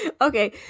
Okay